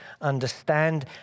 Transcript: understand